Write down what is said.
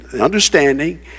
understanding